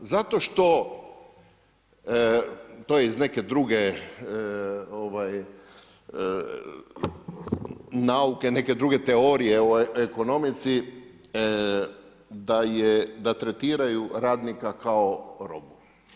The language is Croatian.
Zato što, to je iz neke druge nauke, neke druge teorije o ekonomici, da tretiraju radnika kao robove.